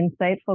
insightful